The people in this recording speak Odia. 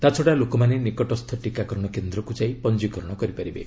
ତା'ଛଡ଼ା ଲୋକମାନେ ନିକଟସ୍ଥ ଟିକାକରଣ କେନ୍ଦ୍ରକୁ ଯାଇ ପଞ୍ଜୀକରଣ କରିପାରିବେ